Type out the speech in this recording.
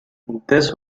this